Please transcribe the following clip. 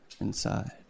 inside